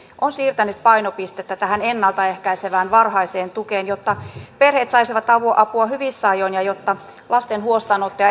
on siirtänyt painopistettä tähän ennalta ehkäisevään varhaiseen tukeen jotta perheet saisivat apua apua hyvissä ajoin ja jotta lasten huostaanottoja